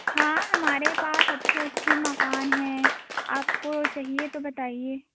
हाँ हमारे पास अच्छे अच्छे मकान हैं आपको चाहिए तो बताइए